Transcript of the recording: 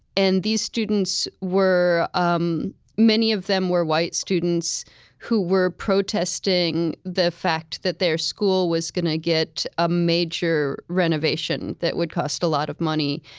and these students, um many of them were white students who were protesting the fact that their school was going to get a major renovation that would cost a lot of money.